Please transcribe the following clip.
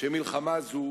שמלחמה זו